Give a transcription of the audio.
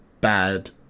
bad